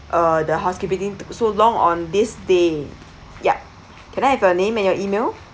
uh the housekeeping team took so long on this day yup can I have your name and your email